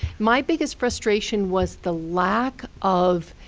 my biggest frustration was the lack of